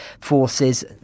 forces